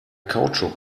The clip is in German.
kautschuk